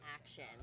action